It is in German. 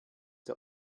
der